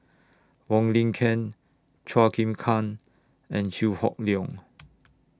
Wong Lin Ken Chua Chim Kang and Chew Hock Leong